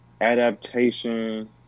Adaptation